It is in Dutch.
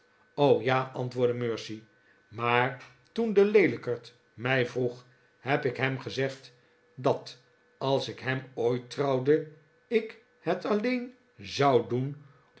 o ja antwoordde mercy maar toen de leelijkerd mij vroeg heb ik hem gezegd dat als ik hem ooit trouwde ik het alleen zou doen